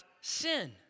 sin